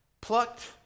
plucked